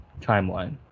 timeline